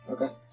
Okay